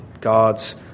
god's